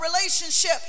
relationship